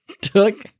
took